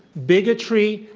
bigotry,